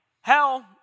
hell